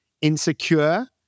insecure